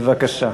בבקשה.